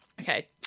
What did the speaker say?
Okay